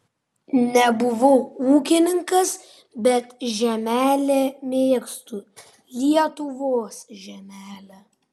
nebuvau ūkininkas bet žemelę mėgstu lietuvos žemelę